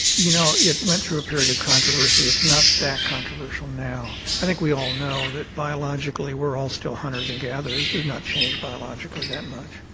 you know, it went through a period of controversy, it's not that controversial now. i think we all know that biologically we're all still hunters and gatherers, we've not changed biologically that much,